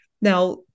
Now